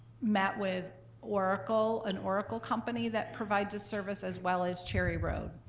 met with oracle, an oracle company that provides us service as well as cherry road,